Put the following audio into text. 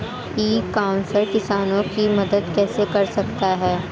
ई commerce किसानों की मदद कैसे कर सकता है?